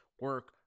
Work